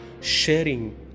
sharing